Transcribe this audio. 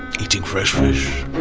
eating fresh fish